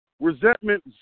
Resentment